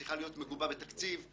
צריכה להיות מגובה בתקציב..